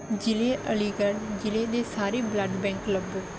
ਜ਼ਿਲ੍ਹੇ ਅਲੀਗੜ੍ਹ ਜ਼ਿਲ੍ਹੇ ਦੇ ਸਾਰੇ ਬਲੱਡ ਬੈਂਕ ਲੱਭੋ